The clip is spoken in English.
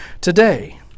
today